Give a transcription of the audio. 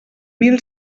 mil